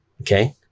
Okay